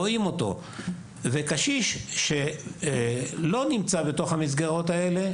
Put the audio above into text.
רואים אותו וקשיש שלא נמצא בתוך המסגרות האלו,